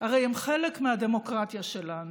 הרי הם חלק מהדמוקרטיה שלנו.